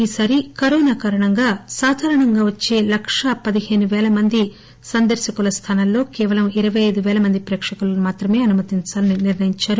ఈసారి కరోనా కారణంగా సాధారణంగా వచ్చే లకా పదిహేను పేల మంది సందర్భకులు స్దానాల్లో కేవలం ఇరవై అయిదు పేల మంది ప్రేక్షకులను మాత్రమే అనుమతించాలని నిర్ణయించారు